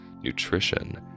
nutrition